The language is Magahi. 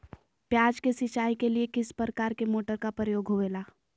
प्याज के सिंचाई के लिए किस प्रकार के मोटर का प्रयोग होवेला?